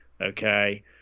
Okay